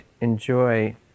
enjoy